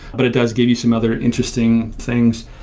but it does give you some other interesting things.